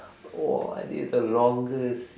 !wah! this the longest